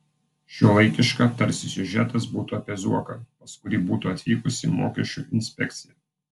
šiuolaikiška tarsi siužetas būtų apie zuoką pas kurį būtų atvykusi mokesčių inspekcija